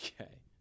Okay